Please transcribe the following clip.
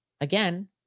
again